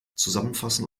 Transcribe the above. zusammenfassen